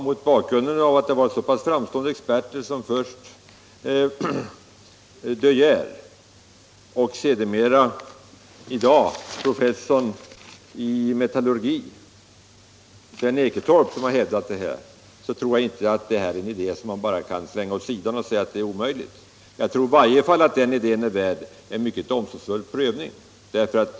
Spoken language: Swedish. Mot bakgrund av att så framstående experter som först De Geer och sedermera i dag professorn i metallurgi Sven Eketorp har hävdat motsatsen tror jag inte att det här är en idé som man bara kan slänga åt sidan och säga att den är omöjlig att genomföra. Jag tror att den idén i varje fall är värd en mycket omsorgsfull prövning.